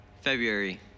February